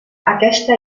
aquesta